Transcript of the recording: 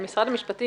משרד המשפטים,